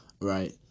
Right